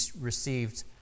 received